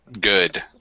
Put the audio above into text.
Good